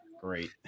Great